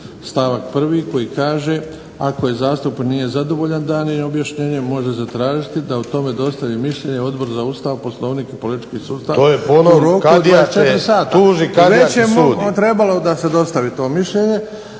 stavak 1. koji kaže: "Ako zastupnik nije zadovoljan daljnjim objašnjenjem može zatražiti da o tome dostavi mišljenje Odboru za Ustav, Poslovnik i politički sustav u roku od 24 sata.